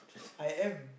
I am